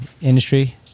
industry